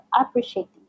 appreciating